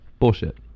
Bullshit